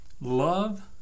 Love